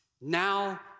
Now